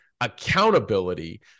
accountability